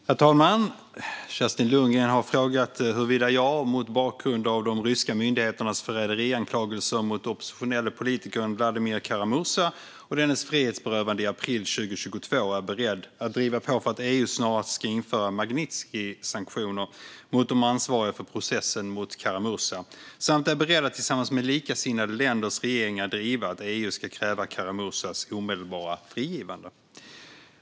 Svar på interpellationer Herr talman! Kerstin Lundgren har frågat huruvida jag, mot bakgrund av de ryska myndigheternas förräderianklagelser mot den oppositionelle politikern Vladimir Kara-Murza och dennes frihetsberövande i april 2022, är beredd att driva på för att EU snarast ska införa Magnitskijsanktioner mot de ansvariga för processen mot Kara-Murza samt är beredd att tillsammans med likasinnade länders regeringar driva att EU ska kräva Kara-Murzas omedelbara frigivande.